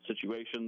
situations